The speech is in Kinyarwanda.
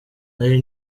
nari